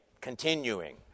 continuing